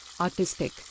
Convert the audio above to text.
artistic